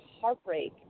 heartbreak